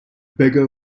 beggar